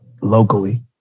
locally